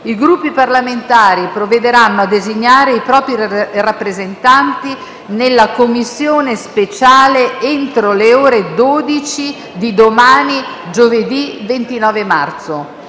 I Gruppi parlamentari provvederanno a designare i propri rappresentanti nella Commissione speciale entro le ore 12 di domani, giovedì 29 marzo.